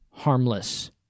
harmless